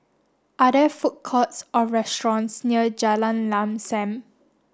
are there food courts or restaurants near Jalan Lam Sam